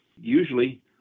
usually